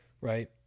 right